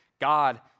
God